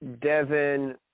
Devin